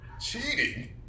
Cheating